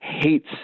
hates